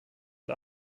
und